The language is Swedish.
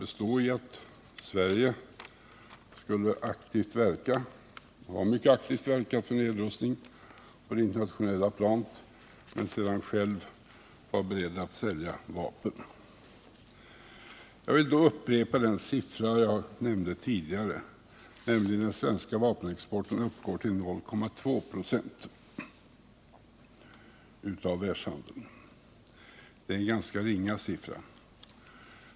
bestå i att Sverige mycket aktivt verkar för nedrustning på det internationella planet men sedan självt är berett att sälja vapen. Jag vill då upprepa den siffra som jag nämnde tidigare: den svenska vapenexporten uppgår till 0,2 » av världshandeln. Det är en ganska låg siffra.